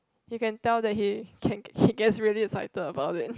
you can tell that he can he gets really excited about it